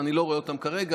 ואני לא רואה אותם כרגע,